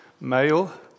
male